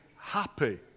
happy